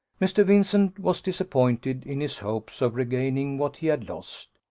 mr. vincent was disappointed in his hopes of regaining what he had lost.